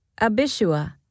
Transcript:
Abishua